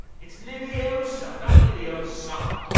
it's leviosa not leviosa.